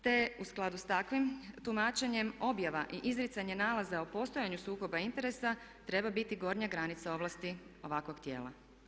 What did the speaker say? Te je u skladu s takvim tumačenjem objava i izricanje nalaza o postojanju sukoba interesa treba biti gornja granica ovlasti ovakvog tijela.